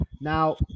now